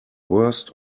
worst